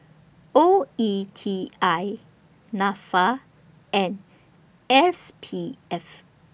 O E T I Nafa and S P F